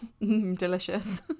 Delicious